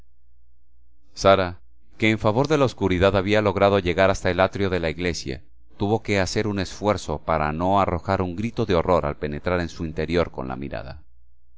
sara que en favor de la oscuridad había logrado llegar hasta el atrio de la iglesia tuvo que hacer un esfuerzo para no arrojar un grito de horror al penetrar en su interior con la mirada